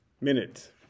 minute